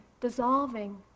dissolving